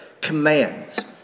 commands